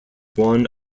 one